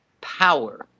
power